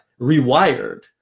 rewired